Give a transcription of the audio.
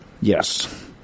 Yes